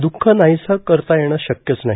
द्रःख नाहीसे करता येणे शक्यच नाही